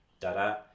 da-da